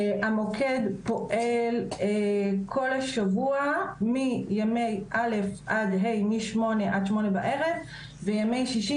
המוקד פועל כל השבוע מימי א' עד ה' מ-08:00 עד 20:00 וימי שישי